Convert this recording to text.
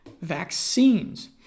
vaccines